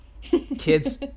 kids